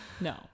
No